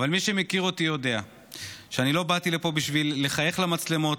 אבל מי שמכיר אותי יודע שאני לא באתי לפה בשביל לחייך למצלמות,